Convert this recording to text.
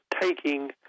taking